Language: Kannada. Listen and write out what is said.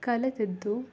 ಕಲಿತಿದ್ದು